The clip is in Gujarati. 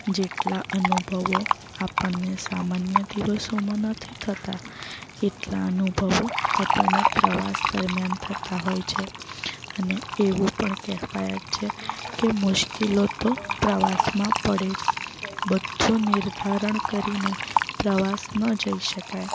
જેટલા અનુભવો આપણને સામાન્ય દિવસોમાં નથી થતા એટલા અનુભવો આપણને પ્રવાસ દરમ્યાન થતા હોય છે અને એવું પણ કહેવાય જ છે કે મુશ્કીલો તો પ્રવાસમાં પડે જ બધું નિર્ધારણ કરીને પ્રવાસ ન જઈ શકાય